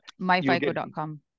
Myfico.com